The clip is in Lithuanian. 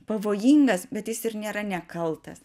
pavojingas bet jis ir nėra nekaltas